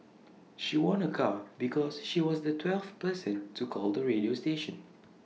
she won A car because she was the twelfth person to call the radio station